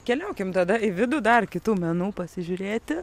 keliaukim tada į vidų dar kitų menų pasižiūrėti